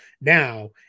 now